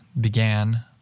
began